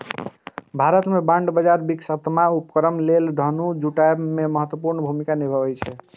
भारत मे बांड बाजार विकासात्मक उपक्रम लेल धन जुटाबै मे महत्वपूर्ण भूमिका निभाबै छै